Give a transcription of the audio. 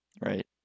Right